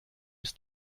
ist